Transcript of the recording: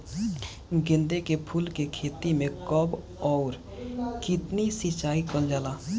गेदे के फूल के खेती मे कब अउर कितनी सिचाई कइल जाला?